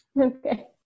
Okay